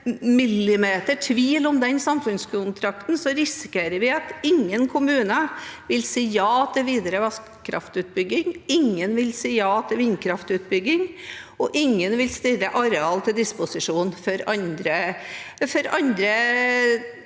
skaper en millimeter tvil om den samfunnskontrakten, risikerer vi at ingen kommuner vil si ja til videre vasskraftutbygging, at ingen vil si ja til vindkraftutbygging, og at ingen vil stille areal til disposisjon for andre